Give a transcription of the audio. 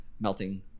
melting